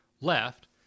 left